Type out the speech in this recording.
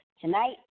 Tonight